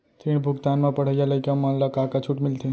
ऋण भुगतान म पढ़इया लइका मन ला का का छूट मिलथे?